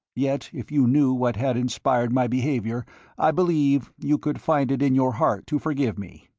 yet if you knew what had inspired my behaviour i believe you could find it in your heart to forgive me.